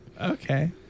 Okay